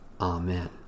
Amen